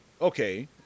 Okay